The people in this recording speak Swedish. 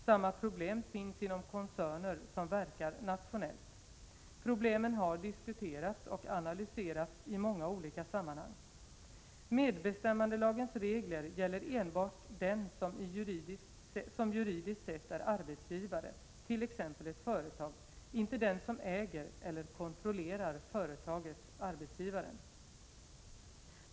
Samma problem finns inom koncerner som verkar nationellt. Problemen har diskuterats och analyserats i många olika sammanhang. Medbestämmandelagens regler gäller enbart den som juridiskt sett är arbetsgivare, t.ex. ett företag, inte den som äger eller kontrollerar företaget/ arbetsgivaren.